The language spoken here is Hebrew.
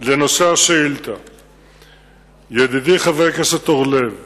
אבל נדמה לי שדווקא בעדיפות הלאומית הזאת,